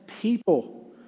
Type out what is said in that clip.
people